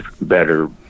better